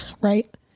Right